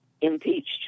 impeached